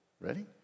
Ready